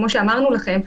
כמו שאמרנו לכם,